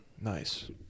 Nice